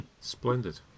splendid